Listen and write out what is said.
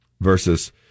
versus